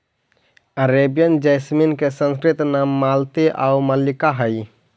Arabian jasmine के संस्कृत नाम मालती आउ मल्लिका हइ